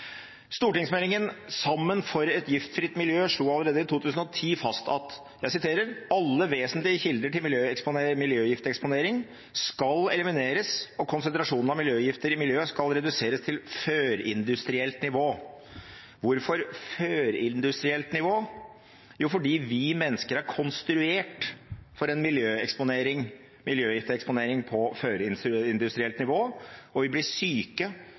Stortingsmeldingen «Sammen for et giftfritt miljø» slo allerede i 2006 fast at alle vesentlige kilder til miljøgifteksponering skal elimineres og konsentrasjonen av miljøgifter i miljøet skal reduseres til førindustrielt nivå. Hvorfor førindustrielt nivå? Jo, fordi vi mennesker er konstruert for en miljøgifteksponering på førindustrielt nivå, og vi blir syke